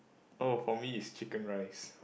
oh for me is chicken rice